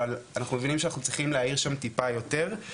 אבל אנחנו מבינים שאנחנו צריכים להעיר שם טיפה יותר,